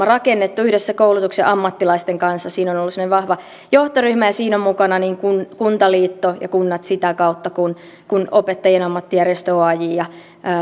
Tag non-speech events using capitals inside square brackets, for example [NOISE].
[UNINTELLIGIBLE] rakennettu yhdessä koulutuksen ammattilaisten kanssa siinä on ollut semmoinen vahva johtoryhmä ja siinä on mukana kuntaliitto ja kunnat sitä kautta opettajien ammattijärjestö oaj ja